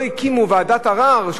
לא הקימו ועדת ערר,